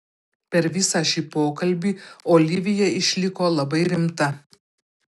per visą šį pokalbį olivija išliko labai rimta